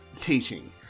Teaching